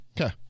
Okay